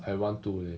I want to leh